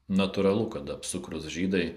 natūralu kad apsukrūs žydai